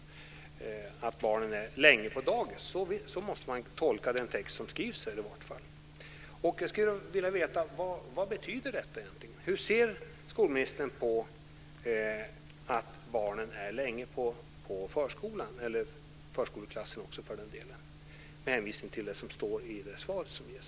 Att barnen är länge på dagis - så måste man tolka den text som skrivs. Jag skulle vilja veta: Vad betyder detta egentligen? Hur ser skolministern på att barnen är länge på förskolan, och för den delen också i förskoleklassen, med hänvisning till vad som står i det svar som ges?